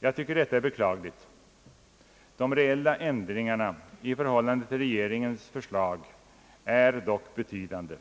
Jag tycker detta är beklagligt. De reella ändringarna i förhållande till regeringens förslag är dock betydande.